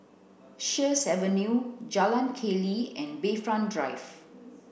Sheares Avenue Jalan Keli and Bayfront Drive